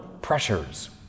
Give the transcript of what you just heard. pressures